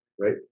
right